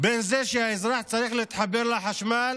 בין זה שהאזרח צריך להתחבר לחשמל